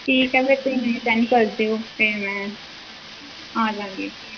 ਠੀਕ ਹੈ ਫਿਰ ਤੁਸੀਂ ਮੈਨੂੰ ਸੈਂਡ ਕਰ ਦਿਓ ਅਤੇ ਮੈਂ ਆ ਜਾਵਾਂਗੀ